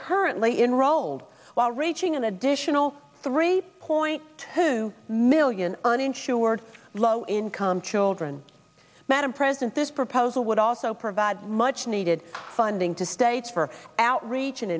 currently enrolled while reaching an additional three point two million uninsured low income children madam president this proposal would also provide much needed funding to states for outreach an